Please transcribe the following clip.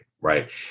right